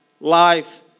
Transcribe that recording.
life